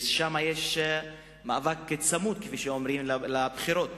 שם יש מאבק צמוד, כפי שאומרים, בבחירות.